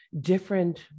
different